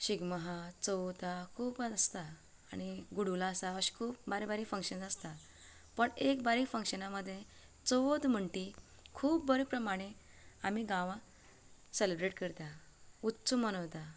शिगमो आहा चवथ आहा खूब आसता आनी गुडुलां आसा अशें खूब बारीक बारीक फंक्शन आसता पूण एक बारीक फंक्शनाक मदें चवथ म्हणता ती खूब बरें प्रमाणे आमी गांवान सेलेब्रेट करतात उत्सव मनयता